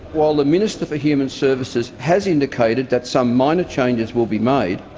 while the minister for human services has indicated that some minor changes will be made,